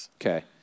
Okay